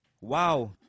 wow